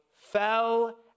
fell